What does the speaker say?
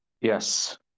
Yes